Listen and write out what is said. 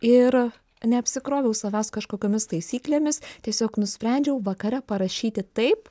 ir neapsikroviau savęs kažkokiomis taisyklėmis tiesiog nusprendžiau vakare parašyti taip